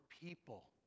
people